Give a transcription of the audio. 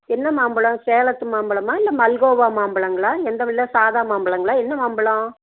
என்ன மாம்பழம் சேலத்து மாம்பழமா இல்லை மல்கோவா மாம்பழங்களா எந்த சாதா மாம்பழங்களா என்ன மாம்பழம்